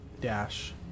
dash